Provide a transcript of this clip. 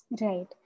right